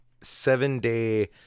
seven-day